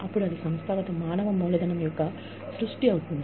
అప్పుడు అది సంస్థాగత మానవ మూలధనం యొక్క సృష్టి అవుతుంది